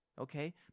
Okay